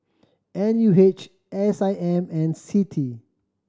N U H S I M and CITI